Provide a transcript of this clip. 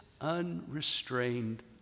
unrestrained